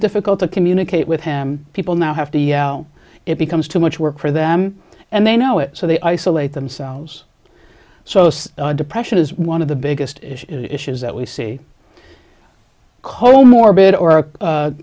difficult to communicate with him people now have to yell it becomes too much work for them and they know it so they isolate themselves so depression is one of the biggest issues that we see co morbid or